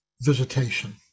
Visitation